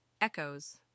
Echoes